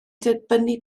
dibynnu